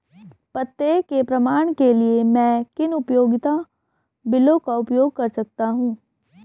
पते के प्रमाण के लिए मैं किन उपयोगिता बिलों का उपयोग कर सकता हूँ?